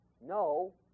no